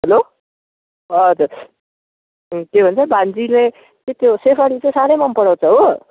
hello हजुर ए के भन्छ भान्जीले चाहिँ त्यो स्याफाले चाहिँ साह्रै मन पराउँछ हो